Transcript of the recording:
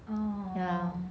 oh